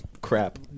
crap